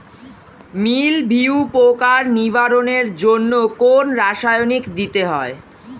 মিলভিউ পোকার নিবারণের জন্য কোন রাসায়নিক দিতে হয়?